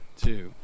two